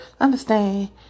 Understand